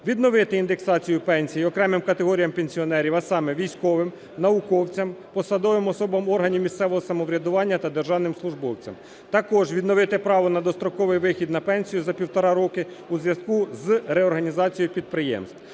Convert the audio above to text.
відновити індексацію пенсій окремим категоріям пенсіонерів, а саме, військовим, науковцям, посадовим особам органів місцевого самоврядування та державним службовцям, також відновити право на достроковий вихід на пенсію за 1,5 роки у зв'язку з реорганізацією підприємств.